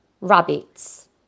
rabbits